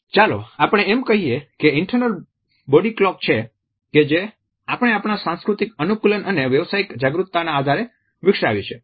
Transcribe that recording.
ચાલો એમ કહીએ કે ઇન્ટરનલ બોડી ક્લોક છે કે જે આપણે આપણા સાંસ્કૃતિક અનુકુલન અને વ્યાવસાયિક જાગૃતતાના આધારે વિકસાવી છે